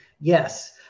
Yes